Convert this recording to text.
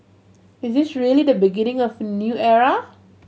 is this really the beginning of a new era